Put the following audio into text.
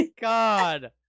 God